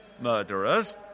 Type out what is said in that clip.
murderers